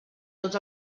tots